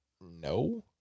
No